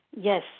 Yes